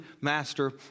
master